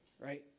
right